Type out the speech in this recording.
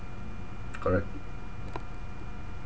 correct